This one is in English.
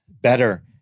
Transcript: better